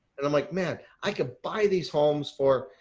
and i'm like, man, i could buy these homes for,